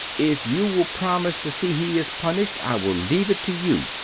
if you will promise to see he is punisht i will leve it to you,